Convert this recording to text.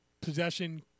possession